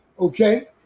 Okay